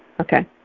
Okay